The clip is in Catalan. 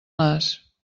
nas